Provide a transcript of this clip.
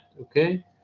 Okay